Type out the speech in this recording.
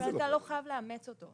אתה לא חייב לאמץ אותו.